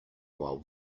while